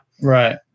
Right